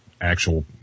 actual